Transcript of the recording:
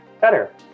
better